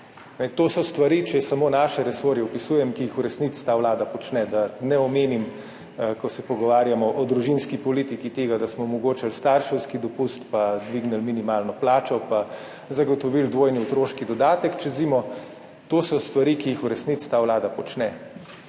To so stvari, če samo naše resorje opisujem, ki jih v resnici ta vlada počne, da ne omenim tega, ko se pogovarjamo o družinski politiki, da smo omogočili starševski dopust, dvignili minimalno plačo in zagotovili dvojni otroški dodatek čez zimo. To so stvari, ki jih v resnici ta vlada počne.